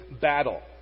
battle